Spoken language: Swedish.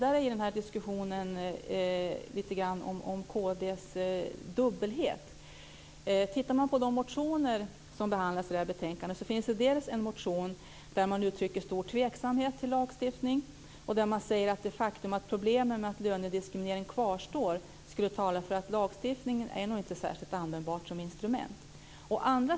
Fru talman! Jag tänkte gå vidare i diskussionen om kd:s dubbelhet. Till betänkandet finns bl.a. en motion där det uttrycks stor tveksamhet till lagstiftning. Det framgår att det faktum att problemen med att lönediskriminering kvarstår skulle tala för att lagstiftningen inte är särskilt användbar som instrument.